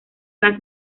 las